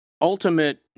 ultimate